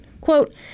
quote